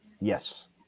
Yes